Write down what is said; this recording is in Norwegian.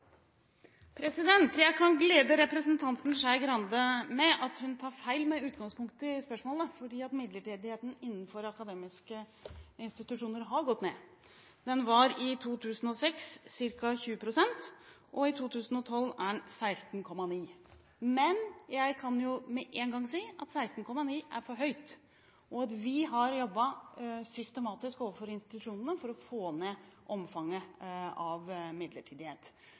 Jeg kan glede representanten Skei Grande med at hun tar feil med utgangspunkt i spørsmålet, fordi midlertidigheten innenfor akademiske institusjoner har gått ned. Den var i 2006 ca. 20 pst., og i 2012 er den 16,9 pst. Men jeg kan med en gang si at 16,9 pst. er for høyt, og at vi har jobbet systematisk overfor institusjonene for å få ned omfanget av midlertidighet.